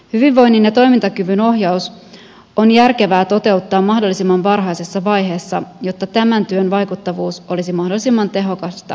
hyvinvoinnin ja toimintakyvyn ohjaus on järkevää toteuttaa mahdollisimman varhaisessa vaiheessa jotta tämän työn vaikuttavuus olisi mahdollisimman tehokasta mahdollisimman pitkään